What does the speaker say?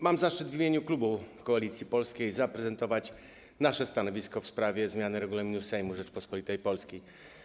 Mam zaszczyt w imieniu klubu Koalicja Polska zaprezentować stanowisko w sprawie zmiany Regulaminu Sejmu Rzeczypospolitej Polskiej.